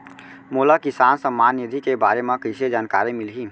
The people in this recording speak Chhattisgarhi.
मोला किसान सम्मान निधि के बारे म कइसे जानकारी मिलही?